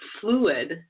fluid